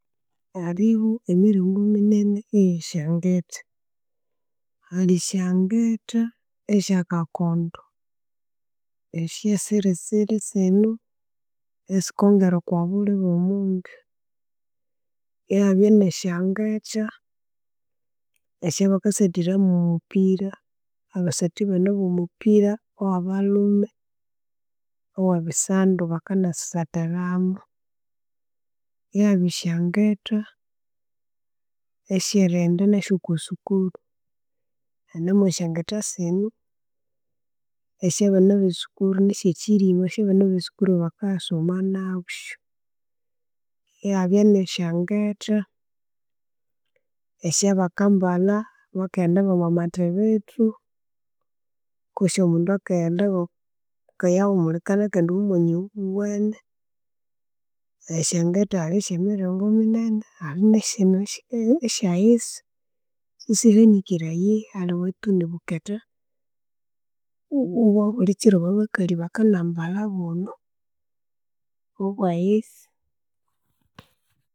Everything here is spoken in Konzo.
Halihu emilingu minene eye'syangetha, hali esyangetha esya kakondo esyesirisiri siino esikangora okwabhuli bwo mundu. Ihabya nesyengetha esyebakasathira mwomupira, abasathi baano abomupira owabalhume owe bisandu bakana sisathiramu. Ihabya esyengetha esye'righenda nasyu okwa sukuru, hane mwosgyengetha sino esye bana be'sukuru nisye kilima esye bana be'sukuru bakaya soma nasyu. Ihabya nesyengetha esye bakambala bakaghenda ngo'mwamathibithu, kwesi omundu akaghenda ngakayahumulikana kandi ngo'mwomwanya oghuwene. Esyengetha haali esyomwomiringu minene, haalihu nesino esyehaasi sisihanikire ayihii aliwe tuu nibuketa obwa bulikiro bwabakali bakana mbala buuno obwa.